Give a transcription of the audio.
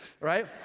right